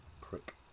prick